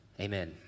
Amen